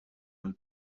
mill